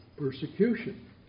Persecution